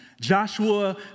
Joshua